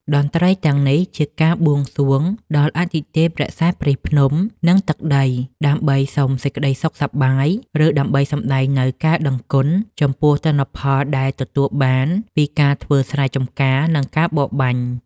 តន្ត្រីទាំងនេះ ជាការបួងសួងដល់អាទិទេពរក្សាព្រៃភ្នំ និងទឹកដី ដើម្បីសុំសេចក្តីសុខសប្បាយ ឬដើម្បីសម្តែងនូវការដឹងគុណចំពោះទិន្នផលដែលទទួលបានពីការធ្វើស្រែចម្ការ និងការបរបាញ់។